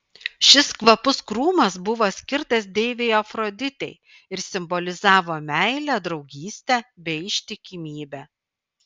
šis kvapus krūmas buvo skirtas deivei afroditei ir simbolizavo meilę draugystę bei ištikimybę